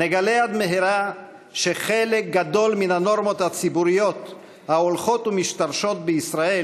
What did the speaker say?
נגלה עד מהרה שחלק גדול מן הנורמות הציבוריות ההולכות ומשתרשות בישראל